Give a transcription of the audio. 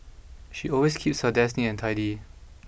she always keeps her desk neat and tidy